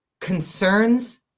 concerns